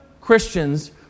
Christians